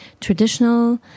traditional